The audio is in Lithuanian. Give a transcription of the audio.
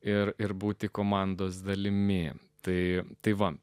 ir ir būti komandos dalimi tai tai va